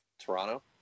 Toronto